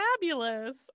fabulous